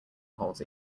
holds